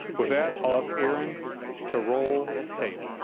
with that, i'll ask aaron to roll tape.